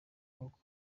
koko